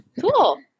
Cool